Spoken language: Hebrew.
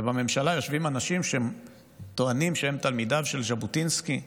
ובממשלה יושבים אנשים שטוענים שהם תלמידיו של ז'בוטינסקי,